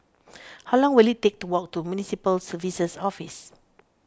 how long will it take to walk to Municipal Services Office